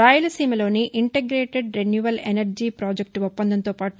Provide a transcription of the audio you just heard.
రాయలసీమలోని integrated renewable energy project ఒప్పందంతో పాటు